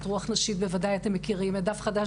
אתם בוודאי מכירים את רוח נשית, את דף חדש.